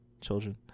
Children